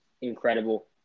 Incredible